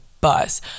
bus